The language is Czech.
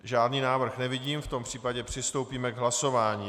Žádný návrh nevidím, v tom případě přistoupíme k hlasování.